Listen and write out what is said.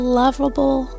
lovable